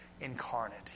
incarnate